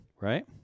Right